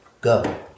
go